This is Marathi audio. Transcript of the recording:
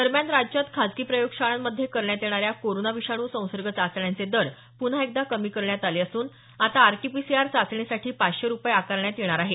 दरम्यान राज्यात खासगी प्रयोगशाळांमध्ये करण्यात येणाऱ्या कोरोना विषाणू संसर्ग चाचण्यांचे दर प्रन्हा एकदा कमी करण्यात आले असून आता आरटीपीसीआर चाचणीसाठी पाचशे रुपये आकारण्यात येणार आहे